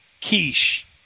quiche